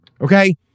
Okay